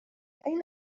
أين